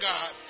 God